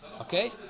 Okay